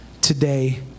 today